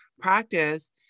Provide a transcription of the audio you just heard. practice